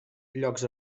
llocs